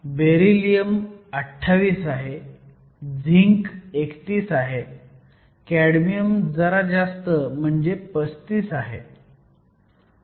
beryllium 28 आहे zinc 31 आहे cadmium जरा जास्त 35 आहे